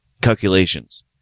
calculations